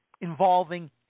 involving